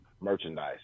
merchandise